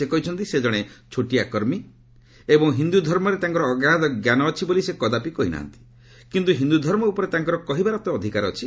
ସେ କହିଛନ୍ତି ସେ ଜଣେ ଛୋଟିଆ କର୍ମୀ ଏବଂ ହିନ୍ଦୁ ଧର୍ମରେ ତାଙ୍କର ଅଗାଧ ଜ୍ଞାନ ଅଛି ବୋଲି ସେ କଦାପି କହିନାହାନ୍ତି କିନ୍ତୁ ହିନ୍ଦୁ ଧର୍ମ ଉପରେ ତାଙ୍କର କହିବାର ଅଧିକାର ଅଛି